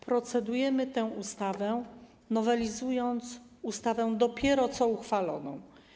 Procedujemy nad tą ustawą, nowelizujemy ustawę dopiero co uchwaloną.